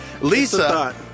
Lisa